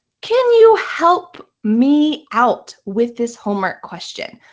can you help me out with this homework question?